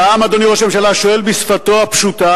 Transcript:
והעם, אדוני ראש הממשלה, שואל בשפתו הפשוטה: